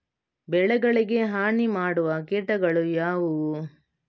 ಬೆಳೆಗಳಿಗೆ ಹಾನಿ ಮಾಡುವ ಕೀಟಗಳು ಯಾವುವು?